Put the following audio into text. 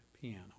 piano